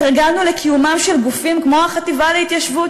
התרגלנו לקיומם של גופים כמו החטיבה להתיישבות.